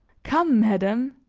come, madame,